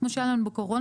כמו שהיה לנו בקורונה.